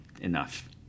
enough